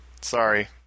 sorry